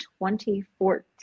2014